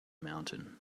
mountain